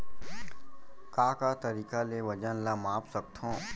का का तरीक़ा ले वजन ला माप सकथो?